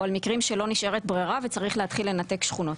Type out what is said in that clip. או על מקרים שלא נשארת ברירה וצריך להתחיל לנתק שכונות,